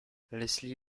leslie